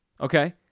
Okay